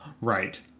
right